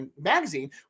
magazine